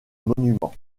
monuments